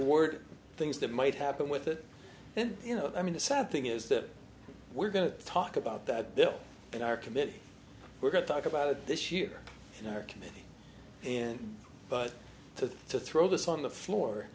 untoward things that might happen with it and you know i mean the sad thing is that we're going to talk about that there in our committee we're going to talk about it this year in our committee and but to to throw this on the floor